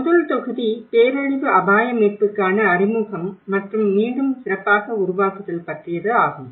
முதல் தொகுதி பேரழிவு அபாய மீட்புக்கான அறிமுகம் மற்றும் மீண்டும் சிறப்பாக உருவாக்குதல் பற்றியதாகும்